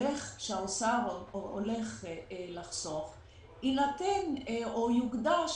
שהאוצר הולך לחסוך, יוקדש